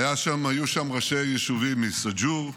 היו שם ראשי יישובים מסאג'ור,